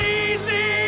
easy